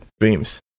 dreams